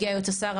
הגיע יועץ השר,